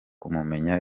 kumumenya